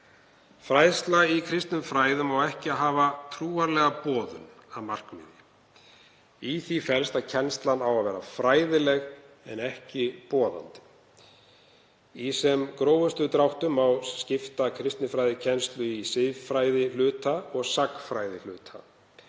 Fræðsla í kristnum fræðum á ekki að hafa trúarlega boðun að markmiði. Í því felst að kennslan á að vera fræðileg en ekki boðandi. Í sem grófustu dráttum má skipta kristinfræðikennslu í siðfræðihluta og sagnfræðihluta.